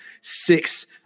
six